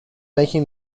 making